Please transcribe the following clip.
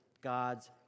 God's